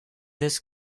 this